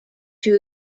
two